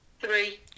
Three